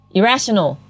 Irrational